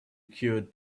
cured